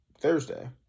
Thursday